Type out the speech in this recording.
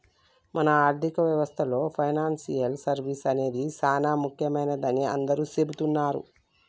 మన ఆర్థిక వ్యవస్థలో పెనాన్సియల్ సర్వీస్ అనేది సానా ముఖ్యమైనదని అందరూ సెబుతున్నారు